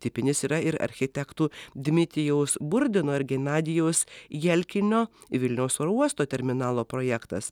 tipinis yra ir architektų dmitijaus burdino ir genadijaus jelkinio vilniaus oro uosto terminalo projektas